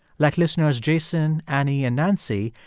like listeners jason, annie and nancy,